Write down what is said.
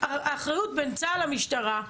האחריות בין צה"ל למשטרה,